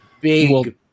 big